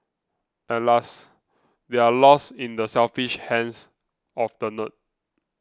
alas they are lost in the selfish hands of the nerd